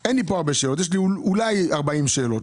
אני מודה על התשובות לגבי הנושא של הסייעות.